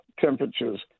temperatures